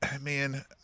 man